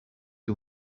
que